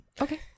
Okay